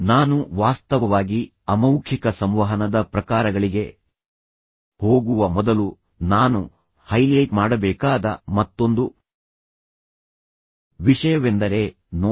ನಾನು ವಾಸ್ತವವಾಗಿ ಅಮೌಖಿಕ ಸಂವಹನದ ಪ್ರಕಾರಗಳಿಗೆ ಹೋಗುವ ಮೊದಲು ನಾನು ಹೈಲೈಟ್ ಮಾಡಬೇಕಾದ ಮತ್ತೊಂದು ವಿಷಯವೆಂದರೆ ನೋಟ